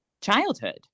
childhood